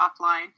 offline